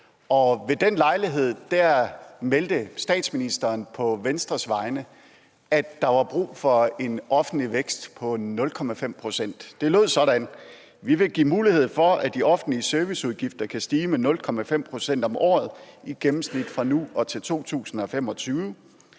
ved den lejlighed meldte statsministeren på Venstres vegne, at der var brug for en offentlig vækst på 0,5 pct. Det lød sådan: Vi vil give mulighed for, at de offentlige serviceudgifter kan stige med 0,5 pct. om året i gennemsnit fra nu og til 2025.